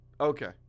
okay